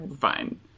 Fine